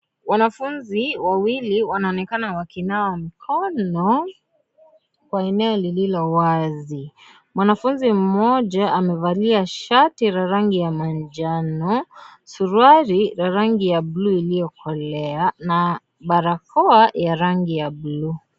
Wanafunzi wawili wanaonekana wakinawa mkono kwa eneno lililo wazi, mwanafunzi mmoja amevalia shati la rangi ya manjano, suruali la rangi ya bulu iliyokolea, na barakoa ya rangi ya buluu.